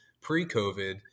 pre-COVID